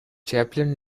chaplin